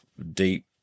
deep